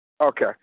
Okay